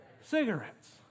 cigarettes